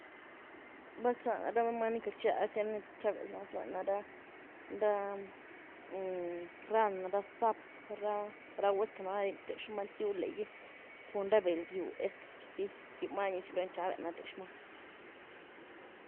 Bal'záh náh ra manyní ni queity rchiglazdia ni nzhabíaz na zlua na ra-ra ran, ra sap', ra brau, es que nadi ntíexrumaa ntiuúl gí cun ra beld dyuú es que purzi ryuhmaa lanyí nyuú chi nxabé na t'iexmaa.